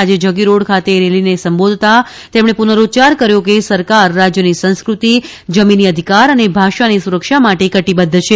આજે જગીરોડ ખાતે રેલીને સંબોધતાં તેમણે પુનરૂચ્યાર કર્યો કે સરકાર રાજ્યની સંસ્કૃતિ જમીની અધિકાર અને ભાષાની સુરક્ષા માટે કટિબદ્ધ છે